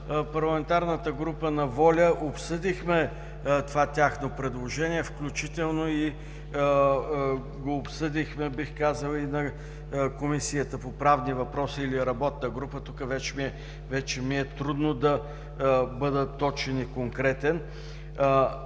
парламентарната група на „Воля“, обсъдихме това тяхно предложение, включително го обсъдихме и в Комисията по правни въпроси или работна група – тук вече ми е трудно да бъда точен и конкретен.